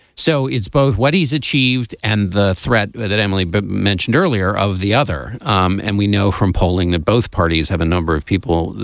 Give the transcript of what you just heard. so it's both what he's achieved and the threat that emily but mentioned earlier of the other. um and we know from polling that both parties have a number of people.